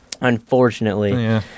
unfortunately